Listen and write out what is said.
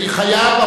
חייב,